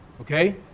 Okay